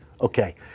okay